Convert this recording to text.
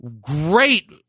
great